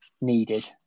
needed